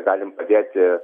galim padėti